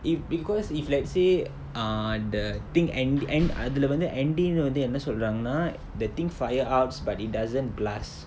if because if let's say ah the thing N_D and அதுல வந்து:athula vanthu N_D னு வந்து என்ன சொல்றாங்கனா:nu vanthu enna solraanganaa the thing fire ups but it doesn't blast